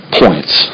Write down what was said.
points